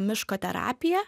miško terapiją